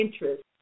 interest